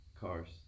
Cars